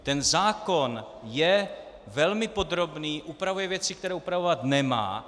Ten zákon je velmi podrobný, upravuje věci, které upravovat nemá.